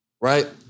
right